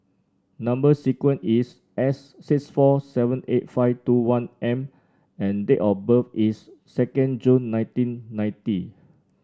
number sequence is S six four seven eight five two one M and date of birth is second June nineteen ninety